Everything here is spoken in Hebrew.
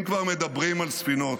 אם כבר מדברים על ספינות,